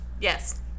Yes